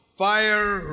fire